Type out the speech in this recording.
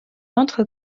entre